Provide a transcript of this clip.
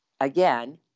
again